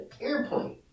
airplane